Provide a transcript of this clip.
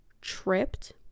tripped